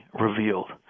revealed